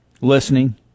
Listening